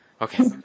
Okay